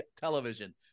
television